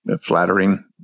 flattering